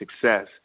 success